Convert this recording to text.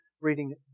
reading